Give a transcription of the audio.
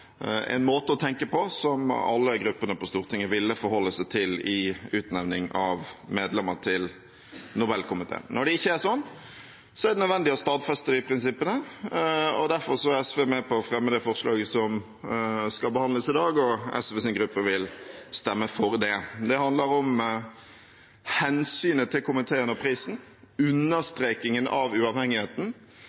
en måte å tenke på som alle gruppene på Stortinget ville forholde seg til i utnevning av medlemmer til Nobelkomiteen. Når det ikke er sånn, er det nødvendig å stadfeste de prinsippene. Derfor er SV med på å fremme det forslaget som skal behandles i dag, og SVs gruppe vil stemme for det. Det handler om hensynet til komiteen og prisen, understrekingen av uavhengigheten.